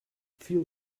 feel